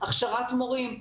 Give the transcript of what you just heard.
הכשרת מורים,